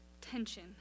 tension